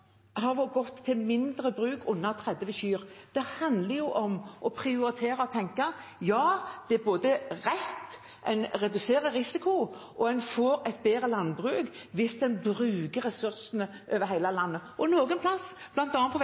har gått til mindre bruk, under 30 kyr. Det handler om å prioritere og tenke – ja, det er riktig, en reduserer risiko, og en får et bedre landbruk hvis en bruker ressursene over hele landet. Noen steder, bl.a. på